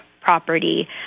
property